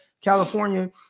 California